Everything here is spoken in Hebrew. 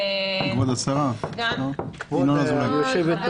קודם ידברו חברי